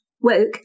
woke